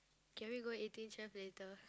can we go Eighteen-Chef later